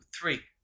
three